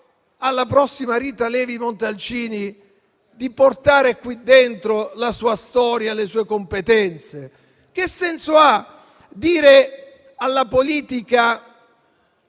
alla prossima Rita Levi Montalcini di portare qui dentro la sua storia, le sue competenze? Che senso ha dire alla politica: